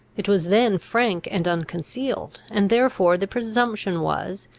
it was then frank and unconcealed and therefore the presumption was,